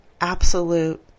absolute